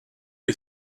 est